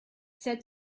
said